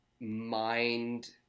mind